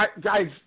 guys